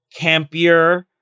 campier